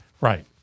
right